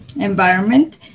environment